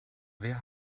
wer